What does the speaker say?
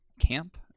Camp